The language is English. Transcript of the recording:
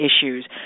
issues